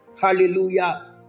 Hallelujah